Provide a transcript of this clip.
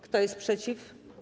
Kto jest przeciw?